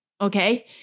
okay